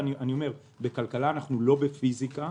בכלכלה אנחנו לא בפיסיקה.